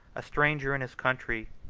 a stranger in his country,